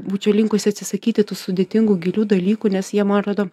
būčiau linkusi atsisakyti tų sudėtingų gilių dalykų nes jie man atrodo